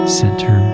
center